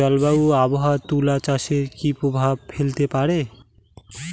জলবায়ু ও আবহাওয়া তুলা চাষে কি প্রভাব ফেলতে পারে?